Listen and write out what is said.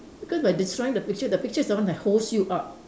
because by destroying the picture the picture is the one that holds you up